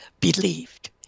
believed